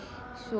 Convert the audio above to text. so